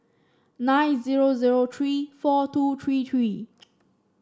nine zero zero three four two three three